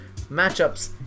matchups